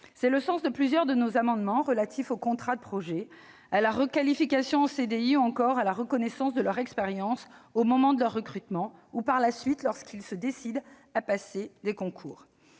C'est le sens de plusieurs de nos amendements relatifs au contrat de projet, à la requalification en CDI, ou encore à la reconnaissance de l'expérience de ces personnels au moment de leur recrutement ou, par la suite, lorsqu'ils se décident à passer des concours.